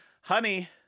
honey